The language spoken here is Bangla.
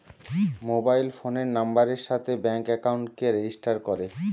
মোবাইল ফোনের নাম্বারের সাথে ব্যাঙ্ক একাউন্টকে রেজিস্টার করে